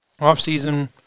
off-season